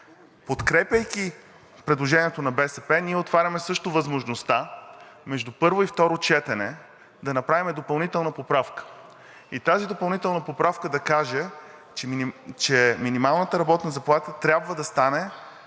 Подкрепяйки предложението на БСП, ние също отваряме възможността между първо и второ четене да направим допълнителна поправка и тази допълнителна поправка да каже, че минималната работна заплата трябва да стане